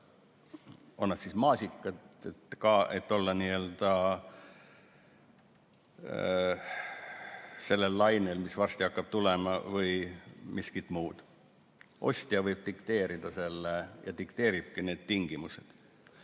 on need siis maasikad, et olla n‑ö sellel lainel, mis varsti hakkab tulema, või miskit muud. Ostja võib dikteerida ja dikteeribki need tingimused.